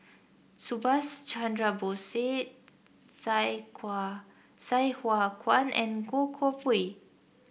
Subhas Chandra Bose Sai Hua Kuan and Goh Koh Pui